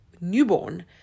newborn